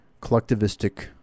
collectivistic